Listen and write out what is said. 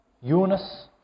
Yunus